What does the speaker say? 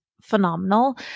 phenomenal